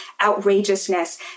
outrageousness